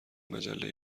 مجله